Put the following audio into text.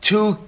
Two